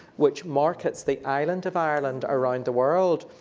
which markets the island of ireland around the world.